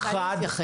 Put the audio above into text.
אני רוצה להתייחס.